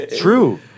true